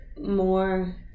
more